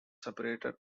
separated